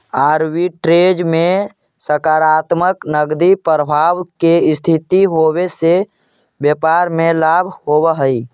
arbitrage में सकारात्मक नकदी प्रवाह के स्थिति होवे से व्यापार में लाभ होवऽ हई